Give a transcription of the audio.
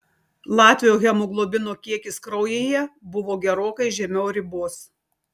latvio hemoglobino kiekis kraujyje buvo gerokai žemiau ribos